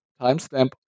timestamp